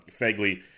Fegley